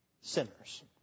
sinners